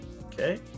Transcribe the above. Okay